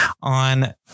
on